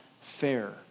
Fair